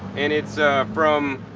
and it's from